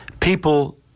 people